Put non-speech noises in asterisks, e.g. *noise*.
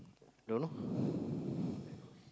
don't know *breath*